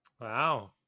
Wow